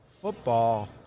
football